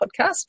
podcast